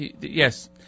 Yes